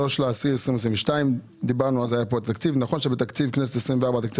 ואמרת: "נכון שבתקציב כנסת 24 התקציב